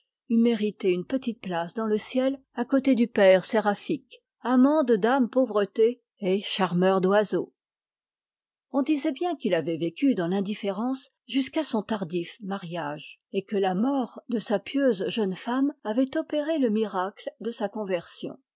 mérité une petite place dans le ciel à côté du père séraphique amant de dame pauvreté et charmeur d'oiseaux on disait bien qu'il avait vécu dans l'indifférence jusqu'à son tardif mariage et que la mort de sa pieuse jeune femme avait opéré le miracle de sa conversion